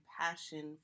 passion